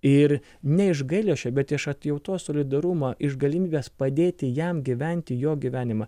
ir ne iš gailesčio bet iš atjautos solidarumo iš galimybės padėti jam gyventi jo gyvenimą